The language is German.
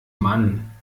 mann